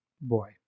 boy